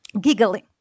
giggling